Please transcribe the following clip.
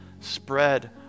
spread